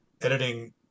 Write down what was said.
editing